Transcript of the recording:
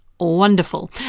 Wonderful